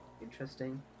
Interesting